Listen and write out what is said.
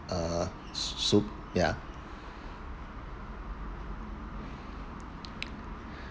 uh soup ya